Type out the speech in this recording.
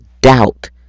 doubt